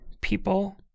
people